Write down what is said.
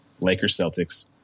Lakers-Celtics